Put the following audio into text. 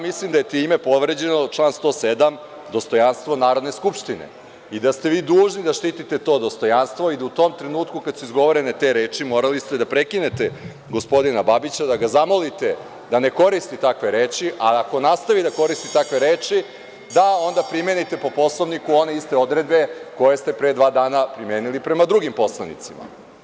Mislim da je time povređen član 107. – dostojanstvo Narodne skupštine i da ste vi dužni da štitite to dostojanstvo i da u tom trenutku kada su izgovorene te reči morali ste da prekinete gospodina Babića, da ga zamolite da ne koristi takve reči, a ako nastavi da koristi takve reči da onda primenite po Poslovniku one iste odredbe koje ste pre dva dana primenili prema drugim poslanicima.